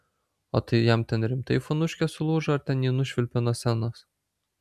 o tai jam ten rimtai fonuškė sulūžo ar ten jį nušvilpė nuo scenos